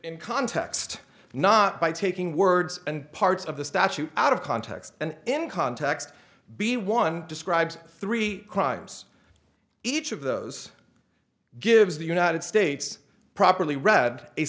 in context not by taking words and parts of the statute out of context and in context b one described three crimes each of those gives the united states properly read a